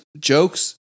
jokes